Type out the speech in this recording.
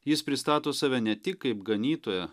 jis pristato save ne tik kaip ganytoją